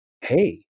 Hey